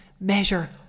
measure